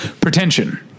pretension